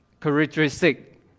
characteristic